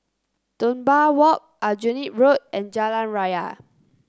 Dunbar Walk Aljunied Road and Jalan Raya